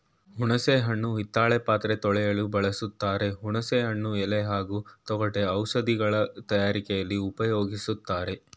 ಹುಣಸೆ ಹಣ್ಣು ಹಿತ್ತಾಳೆ ಪಾತ್ರೆ ತೊಳೆಯಲು ಬಳಸ್ತಾರೆ ಹುಣಸೆ ಹಣ್ಣು ಎಲೆ ಹಾಗೂ ತೊಗಟೆ ಔಷಧಗಳ ತಯಾರಿಕೆಲಿ ಉಪ್ಯೋಗಿಸ್ತಾರೆ